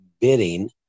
bidding